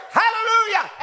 hallelujah